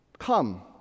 Come